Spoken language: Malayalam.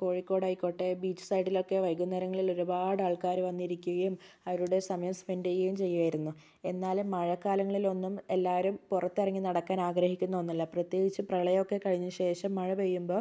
കോഴിക്കോടായിക്കോട്ടെ ബീച്ച് സൈഡിലൊക്കെ വൈകുന്നേരങ്ങളിൽ ഒരുപാട് ആൾക്കാർ വന്നിരിക്കുകയും അവരുടെ സമയം സ്പെൻഡ് ചെയ്യുകയും ചെയ്യുമായിരുന്നു എന്നാലും മഴക്കാലങ്ങളിലൊന്നും എല്ലാവരും പുറത്തിറങ്ങി നടക്കാൻ ആഗ്രഹിക്കുന്നൊന്നുമില്ല പ്രത്യേകിച്ച് പ്രളയമൊക്കെ കഴിഞ്ഞശേഷം മഴ പെയ്യുമ്പോൾ